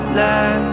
let